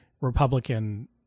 Republican